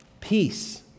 peace